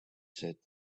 said